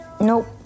Nope